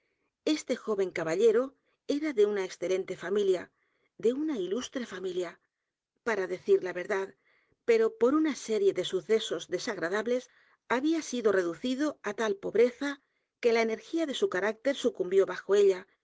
este joven caballero era de una edgar poe novelas y cuentos excelente familia de una ilustre familia para decir la verdad pero por una serie de sucesos desagradables había sido reducido á t a l pobreza que la energía de su carácter sucumbió bajo ella